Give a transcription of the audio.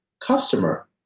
customer